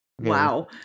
Wow